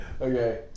Okay